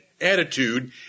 attitude